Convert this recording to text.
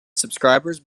subscribers